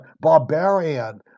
barbarian